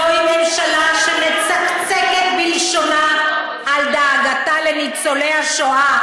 זו ממשלה שמצקצקת בלשונה על דאגתה לניצולי השואה,